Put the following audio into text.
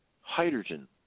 hydrogen